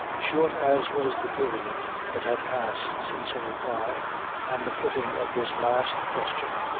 short as was the period that had passed since her reply and the putting of this last question,